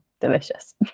delicious